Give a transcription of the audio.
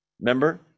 Remember